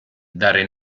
dare